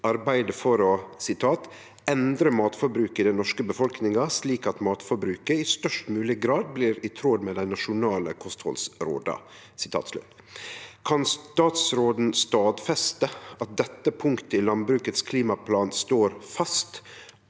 arbeide for å «endre matforbruket i den norske befolkningen slik at matforbruket i størst mulig grad blir i tråd med de nasjonale kostholdsrådene». Kan statsråden stadfeste at dette punktet i Landbrukets klimaplan står fast,